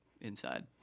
inside